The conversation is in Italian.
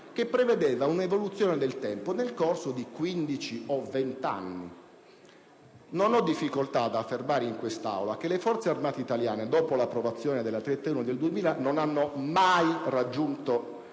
che prevedeva un'evoluzione nel tempo nel corso di 15 o 20 anni. Non ho difficoltà ad affermare in quest'Aula che le Forze armate italiane, dopo l'approvazione della legge n. 331 del 2000, non hanno mai raggiunto i 190.000